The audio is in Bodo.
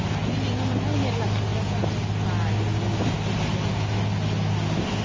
नायनो लेङोमोनहाय मेरला सेंग्राफ्रा बायोमोन थेवबाबो नायनो